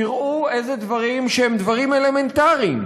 תראו איזה דברים שהם דברים אלמנטריים,